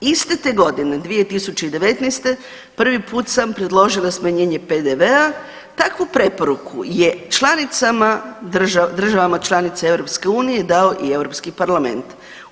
Iste te godine 2019. prvi put sam predložila smanjenje PDV-a, takvu preporuku je članicama, državama članicama EU dao i Europski parlament.